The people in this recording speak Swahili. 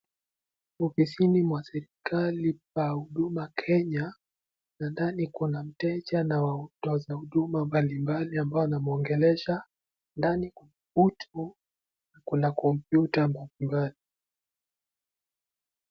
Ofisini mwa serikali pa huduma kenya, na ndani kuna mteja na watoza huduma mbalimbali ambao wanamwongelesha. Ndani kuna mtu ako na kompyuta mbalimbali.